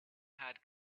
had